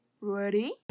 Ready